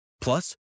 Plus